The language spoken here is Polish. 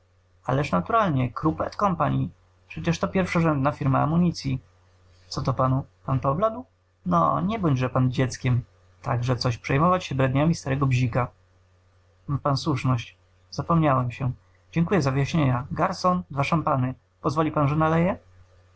ależ naturalnie krupp et comp przecież to pierwszorzędna firma amunicyi co to panu pan pobladł no nie bądźże pan dzieckiem także coś przejmować się bredniami starego bzika ma pan słuszność zapomniałem się dziękuję za wyjaśnienia garson dwa szampany pozwoli pan że